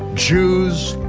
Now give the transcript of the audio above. jews,